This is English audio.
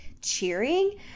cheering